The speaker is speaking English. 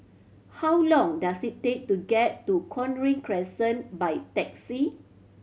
how long does it take to get to Cochrane Crescent by taxi